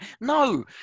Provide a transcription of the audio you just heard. No